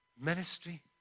Ministry